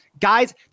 Guys